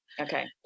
Okay